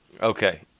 Okay